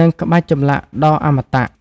និងក្បាច់ចម្លាក់ដ៏អមតៈ។